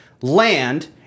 land